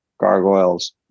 Gargoyles